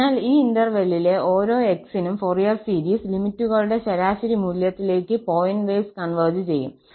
അതിനാൽ ഈ ഇന്റെർവല്ലിലെ ഓരോ 𝑥 നും ഫൊറിയർ സീരീസ് ലിമിറ്റുകളുടെ ശരാശരി മൂല്യത്തിലേക്ക് പോയിന്റ് വൈസ് കോൺവെർജ് ചെയ്യും